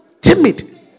timid